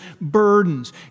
burdens